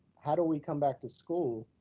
how do we come back to school,